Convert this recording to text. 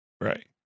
Right